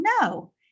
no